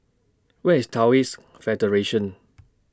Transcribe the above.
Where IS Taoist Federation